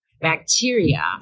bacteria